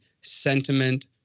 sentiment